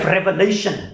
Revelation